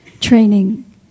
training